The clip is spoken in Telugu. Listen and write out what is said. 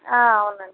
అవునండి